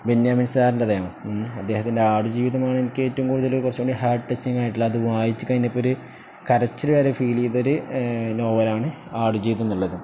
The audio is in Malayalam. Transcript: ബെന്യാമിന് സാറിൻ്റേതാണ് ഉം അദ്ദേഹത്തിൻ്റെ ആടുജീവിതമാണ് എനിക്കേറ്റവും കൂടുതല് കറച്ചുംകൂടി ഹാർട്ട് ടച്ചിങ്ങായിട്ടുള്ളത് അത് വായിച്ചുകഴിഞ്ഞപ്പോള് ഒരു കരച്ചില് വരെ ഫീല് ചെയ്തൊരു നോവലാണ് ആടുജീവിതം എന്നുള്ളത്